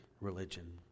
religion